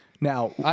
Now